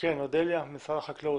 אודליה ממשרד החקלאות.